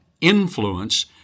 influence